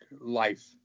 life